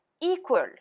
equal